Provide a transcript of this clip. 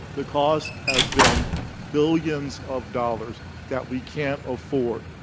the cost has been billions of dollars that we can't afford,